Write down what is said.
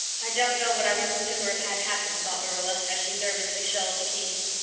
i don't know what i wouldn't sooner have had happen, thought marilla, as she nervously shelled the peas.